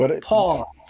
Paul